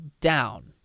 down